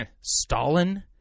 Stalin